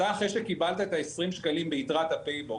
אחרי שקיבלת את ה-20 שקלים ביתרת ה"פייבוקס",